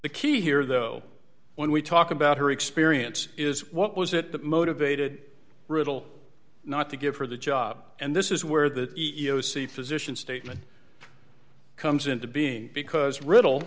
the key here though when we talk about her experience is what was it that motivated riddle not to give her the job and this is where the e e o c physician's statement comes into being because r